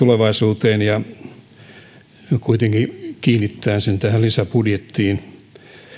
tulevaisuuteen ja kuitenkin kiinnittää sen tähän lisäbudjettiin